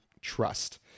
Trust